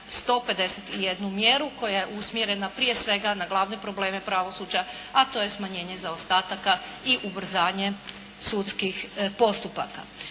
151 mjeru koja je usmjerena prije svega na glavne probleme pravosuđa, a to je smanjenje zaostataka i ubrzanje sudskih postupaka.